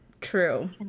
True